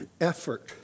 effort